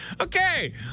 okay